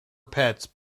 pets